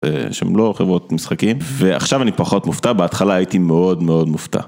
שהם לא חברות משחקים, ועכשיו אני פחות מופתע, בהתחלה הייתי מאוד מאוד מופתע.